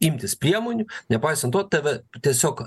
imtis priemonių nepaisant to tave tiesiog